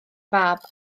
fab